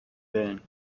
wellen